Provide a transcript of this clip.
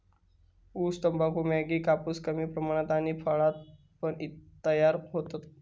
ऊस, तंबाखू, मॅगी, कापूस कमी प्रमाणात आणि फळा पण तयार होतत